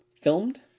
Filmed